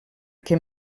que